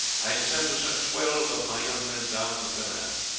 i intend to send twelve of my young men down to penang,